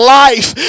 life